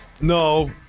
No